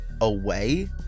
away